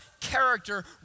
character